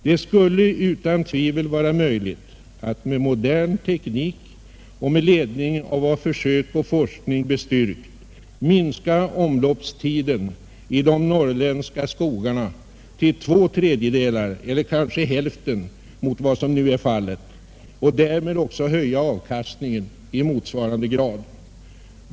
Det skulle utan tvivel vara möjligt att med modern teknik och med ledning av vad försök och forskning bestyrkt minska omloppstiden i de norrländska skogarna till två tredjedelar eller kanske hälften mot vad som nu är fallet och därmed också höja avkastningen i motsvarande grad.